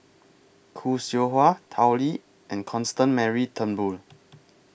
Khoo Seow Hwa Tao Li and Constance Mary Turnbull